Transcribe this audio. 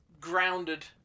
Grounded